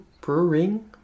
brewing